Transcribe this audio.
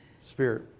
Spirit